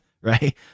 right